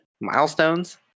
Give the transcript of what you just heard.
Milestones